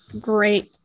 Great